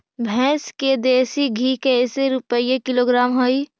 भैंस के देसी घी कैसे रूपये किलोग्राम हई?